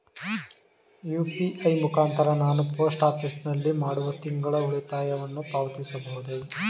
UPI ಮುಖಾಂತರ ನಾನು post office ನಲ್ಲಿ ಮಾಡುವ ತಿಂಗಳ ಉಳಿತಾಯವನ್ನು ಪಾವತಿಸಬಹುದೇ?